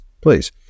Please